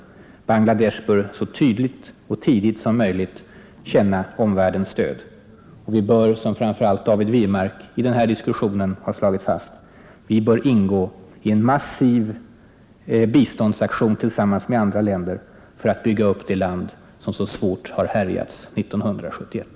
Bangla Desh bör så tydligt och tidigt som möjligt känna omvärldens stöd. Vi bör självfallet också som framför allt David Wirmark har slagit fast i den här diskussionen, gå in i en massiv biståndsaktion tillsammans med andra länder för att bygga upp det land som så svårt har härjats 1971.